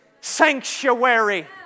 sanctuary